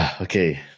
okay